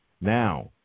Now